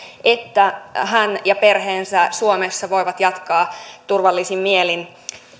että hän ja hänen perheensä suomessa voivat jatkaa turvallisin mielin